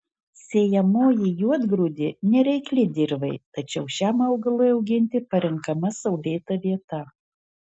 sėjamoji juodgrūdė nereikli dirvai tačiau šiam augalui auginti parenkama saulėta vieta